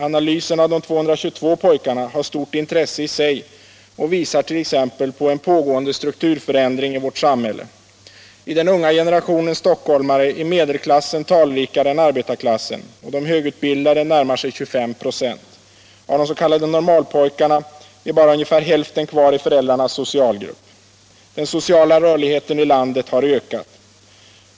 Analysen av de 222 pojkarna har stort intresse i sig och visar t.ex. på en pågående strukturförändring i vårt samhälle. I den unga generationen stockholmare är medelklassen talrikare än arbetarklassen, och de högutbildade närmar sig 25 26. Av des.k. normalpojkarna är bara ungefär hälften kvar i föräldrarnas socialgrupp. Den sociala rörligheten i landet har ökat.